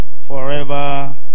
forever